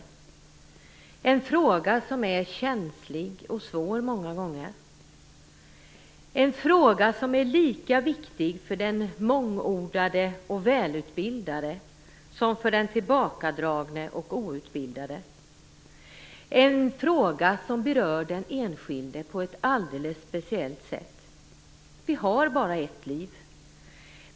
Det är en fråga som är känslig och svår många gånger, en fråga som är lika viktig för den mångordige och välutbildade som för den tillbakadragne och outbildade. Det är en fråga som berör den enskilde på ett alldeles speciellt sätt. Vi har bara ett liv.